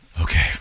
Okay